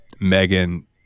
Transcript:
megan